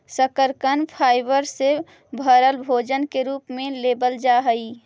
शकरकन फाइबर से भरल भोजन के रूप में लेबल जा हई